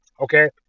okay